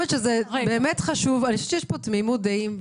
שיש פה תמימות דעים,